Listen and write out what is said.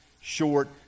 short